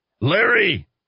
Larry